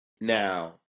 Now